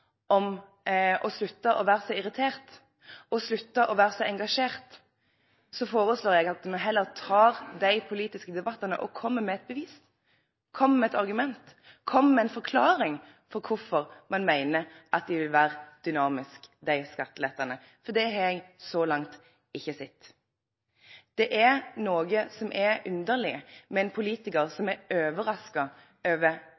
om å slutte å være så irriterte og slutte å være så engasjerte, foreslår jeg at man heller tar de politiske debattene og kommer med et bevis, kommer med et argument, kommer med en forklaring på hvorfor man mener at skattelettene vil være dynamiske. For det har jeg så langt ikke sett. Det er noe som er underlig med en politiker som er overrasket over